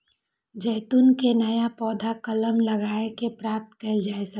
जैतून के नया पौधा कलम लगाए कें प्राप्त कैल जा सकै छै